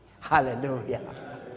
hallelujah